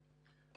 שלהן.